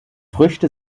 früchte